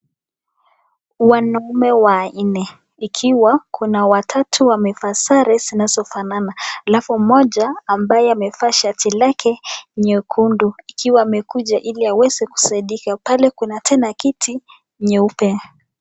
Wanaume wanne ikiwa wanaume watatu wamevaa sare zinazofana alafu moja ambaye amavaa shati lake nyekundu akiwa amekuja hili aweze kusaidia, pale kuna tena kiti nyeupe.